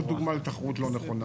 עוד דוגמה לתחרות לא נכונה,